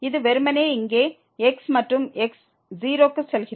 இது வெறுமனே இங்கே x மற்றும் x 0 க்கு செல்கிறது